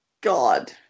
God